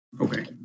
Okay